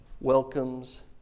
welcomes